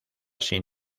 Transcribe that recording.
sin